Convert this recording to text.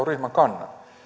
ryhmän kannan